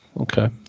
okay